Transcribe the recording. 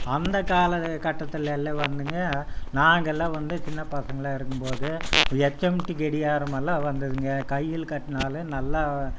அந்தக் காலக்கட்டத்தில் எல்லாம் வந்துங்க நாங்களெலாம் வந்து சின்னப் பசங்களாக இருக்கும்போது எச்எம்டி கடிகாரம் எல்லாம் வந்ததுங்க கையில் கட்டினாலும் நல்லா